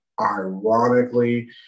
ironically